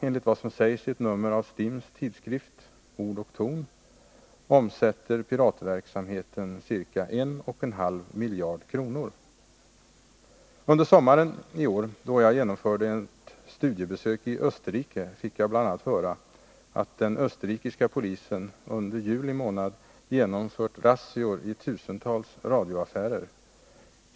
Enligt vad som sägs i ett nummer av STIM:s tidskrift, Ord och Ton, omsätter piratmarknaden i USA ca 1,5 miljarder kronor. Under sommaren, då jag genomförde ett studiebesök i Österrike, fick jag bl.a. höra att den österrikiska polisen under juli månad hade genomfört razzior i tusentals radioaffärer.